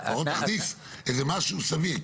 --- איזה משהו סביר.